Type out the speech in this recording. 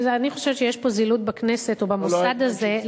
אני חושבת שיש פה זילות של הכנסת או של המוסד הזה.